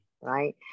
right